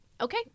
Okay